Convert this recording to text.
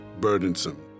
burdensome